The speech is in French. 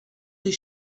des